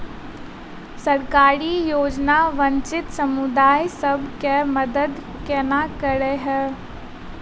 सरकारी योजना वंचित समुदाय सब केँ मदद केना करे है?